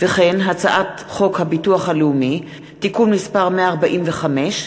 הצעת חוק הביטוח הלאומי (תיקון מס' 145,